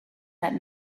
that